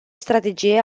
strategie